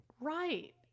Right